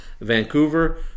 Vancouver